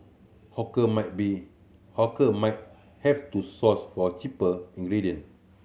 hawker might be hawker might have to source for cheaper ingredient